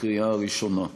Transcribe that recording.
קריאה ראשונה.